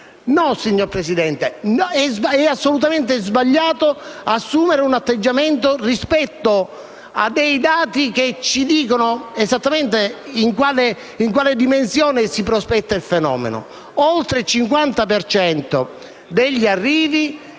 No, signora Presidente, è assolutamente sbagliato assumere un tale atteggiamento rispetto a dati che ci dicono esattamente in quale dimensione si prospetta il fenomeno: oltre il 50 per